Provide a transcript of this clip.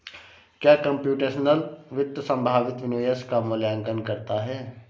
क्या कंप्यूटेशनल वित्त संभावित निवेश का मूल्यांकन करता है?